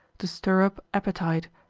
to stir up appetite,